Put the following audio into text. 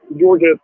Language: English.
Georgia